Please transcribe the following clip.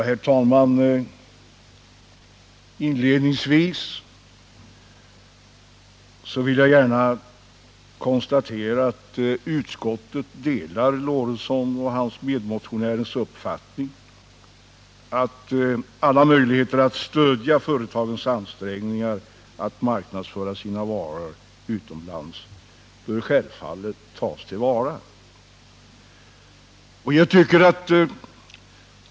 Herr talman! Inledningsvis vill jag gärna konstatera att utskottet delar Gustav Lorentzons och hans medmotionärers uppfattning att alla möjligheter att stödja företagens ansträngningar att marknadsföra sina varor utomlands självfallet bör tas till vara.